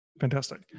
Fantastic